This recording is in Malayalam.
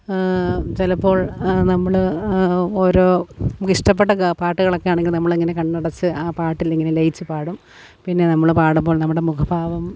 ചിലപ്പോൾ നമ്മൾ ഓരോ നമ്മൾക്ക് ഇഷ്ടപ്പെട്ട പാട്ടുകളൊക്കെ ആണെങ്കിൽ നമ്മൾ ഇങ്ങനെ കണ്ണടച്ച് ആ പാട്ടിൽ ഇങ്ങനെ ലയിച്ചു പാടും പിന്നെ നമ്മൾ പാടുമ്പോൾ നമ്മുടെ മുഖ ഭാവം